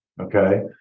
Okay